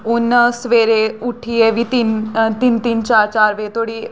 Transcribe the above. उ'न्न सवेरे उट्ठियै बी तिन तिन तिन चार चार बजे धोड़ी